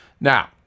Now